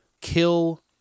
kill